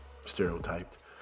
stereotyped